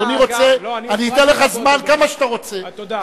אדוני רוצה, אני אתן לך זמן כמה שאתה רוצה, תודה.